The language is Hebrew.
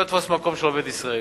לא יתפוס מקום של עובד ישראלי.